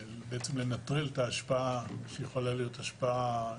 לנטרל את ההשפעה שיכולה להיות השפעה